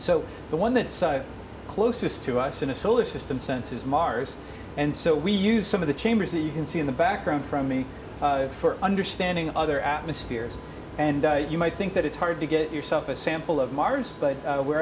so the one that's closest to us in a solar system sense is mars and so we use some of the chambers that you can see in the background from me for understanding other atmospheres and you might think that it's hard to get yourself a sample of mars but we're